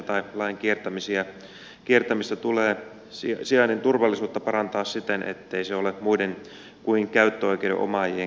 mikäli mahdollista sijainnin turvallisuutta tulee parantaa siten ettei se ole muiden kuin käyttöoikeuden omaavien käytettävissä